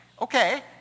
Okay